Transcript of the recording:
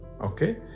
Okay